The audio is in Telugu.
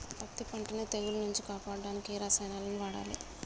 పత్తి పంటని తెగుల నుంచి కాపాడడానికి ఏ రసాయనాలను వాడాలి?